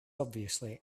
obviously